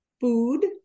food